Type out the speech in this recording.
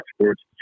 Sports